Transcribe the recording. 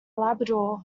labrador